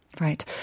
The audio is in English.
Right